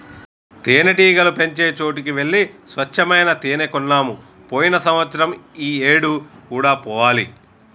తేనెటీగలు పెంచే చోటికి వెళ్లి స్వచ్చమైన తేనే కొన్నాము పోయిన సంవత్సరం ఈ ఏడు కూడా పోవాలి